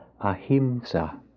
ahimsa